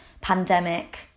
pandemic